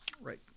Right